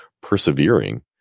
persevering